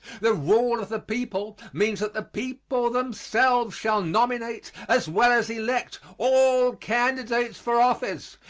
the rule of the people means that the people themselves shall nominate, as well as elect, all candidates for office,